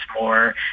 more